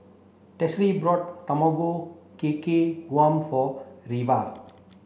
Tressie brought Tamago Kake Gohan for Reva